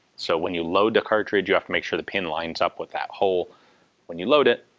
so when you load the cartridge, you have to make sure the pin lines up with that hole when you load it.